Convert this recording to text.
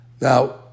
Now